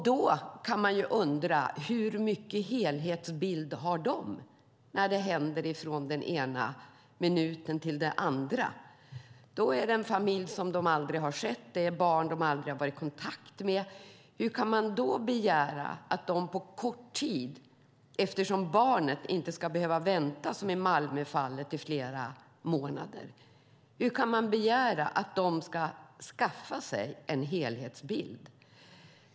Då kan man undra hur mycket helhetsbild de har när detta händer ifrån den ena minuten till den andra. Det handlar om en familj som de aldrig har sett och barn som de aldrig har varit i kontakt med. Barnet ska inte behöva vänta i flera månader som i Malmöfallet. Hur kan man då begära att socialarbetarna på kort tid ska kunna skaffa sig en helhetsbild?